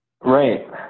Right